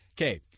Okay